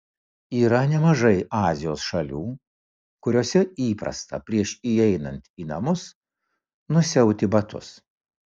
yra nemažai azijos šalių kuriose įprasta prieš įeinant į namus nusiauti batus